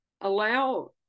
allow